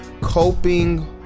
coping